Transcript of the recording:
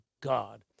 God